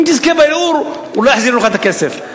אם תזכה בערעור, אולי יחזירו לך את הכסף.